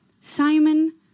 Simon